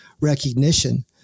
recognition